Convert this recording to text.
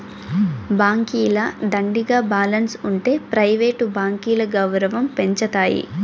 బాంకీల దండిగా బాలెన్స్ ఉంటె ప్రైవేట్ బాంకీల గౌరవం పెంచతాయి